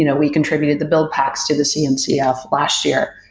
you know we contributed the build packs to the cncf last year.